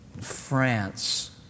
France